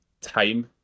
time